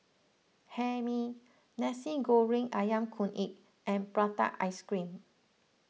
Hae Mee Nasi Goreng Ayam Kunyit and Prata Ice Cream